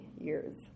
years